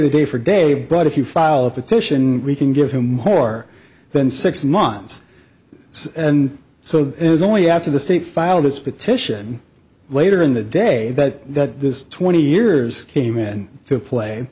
the day for day brought if you file a petition we can give him more than six months and so it was only after the state filed its petition later in the day that this twenty years came in to play